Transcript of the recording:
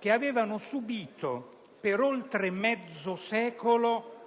che avevano subito, per oltre mezzo secolo,